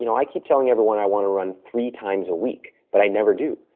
you know i keep telling everyone i want to run three times a week, but i never do.